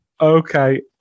Okay